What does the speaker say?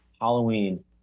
Halloween